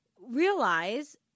realize